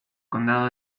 condado